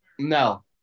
No